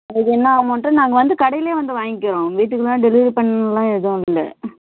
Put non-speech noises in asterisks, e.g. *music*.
*unintelligible* நாங்கள் வந்து கடையில் வந்து வாங்கிக்குறோம் வீட்டுக்குலாம் டெலிவரி பண்ணணும்லாம் எதுவும் இல்லை